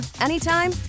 anytime